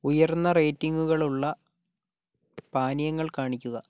ഉയർന്ന റേറ്റിംഗുകളുള്ള പാനീയങ്ങൾ കാണിക്കുക